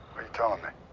are you telling me?